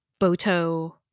Boto